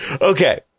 Okay